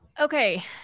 Okay